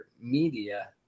media